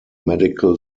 medical